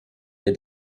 des